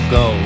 go